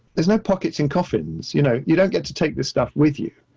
there's no pockets in coffins. you know, you don't get to take this stuff with you.